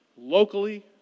locally